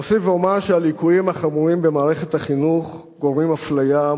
אוסיף ואומר שהליקויים החמורים במערכת החינוך גורמים אפליה,